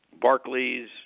Barclays